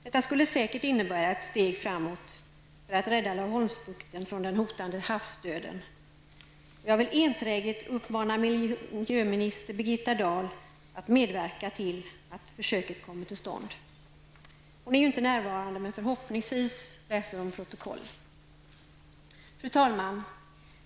Det skulle säkert innebära ett steg framåt för att rädda Laholmsbukten från den hotande havsdöden, och jag vill enträget uppmana miljöminister Birgitta Dahl att medverka till att försöket kommer till stånd. Hon är inte närvarande nu, men förhoppningsvis läser hon protokollet. Fru talman!